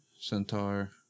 Centaur